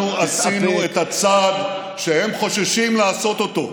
אבל אנחנו עשינו את הצעד שהם חוששים לעשות אותו,